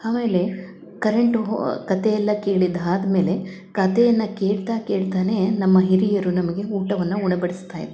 ಆಮೇಲೆ ಕರೆಂಟ್ ಹೊ ಕಥೆ ಎಲ್ಲ ಕೇಳಿದ್ದಾದ್ಮೇಲೆ ಕಥೆಯನ್ನು ಕೇಳ್ತ ಕೇಳ್ತನೇ ನಮ್ಮ ಹಿರಿಯರು ನಮಗೆ ಊಟವನ್ನು ಉಣಬಡಿಸ್ತ ಇದ್ದರು